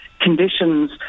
Conditions